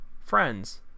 friends